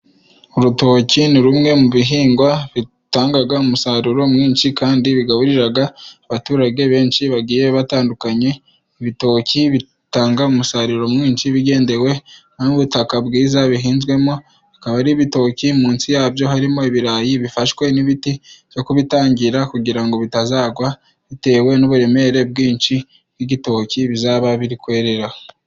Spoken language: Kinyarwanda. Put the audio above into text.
Urutoki ni rumwe mu bihingwa bitangaga umusaruro mwinshi kandi bigaburiraga abaturage benshi bagiye batandukanye, ibitoki bitanga umusaruro mwinshi bigendewe n'ubutaka bwiza bihinzwemo, akaba ari ibitoki munsi ya byo harimo ibirayi bifashwe n'ibiti byo kubitangira, kugira ngo bitazagwa bitewe n'uburemere bwinshi bw'igitoki bizaba biri kwera.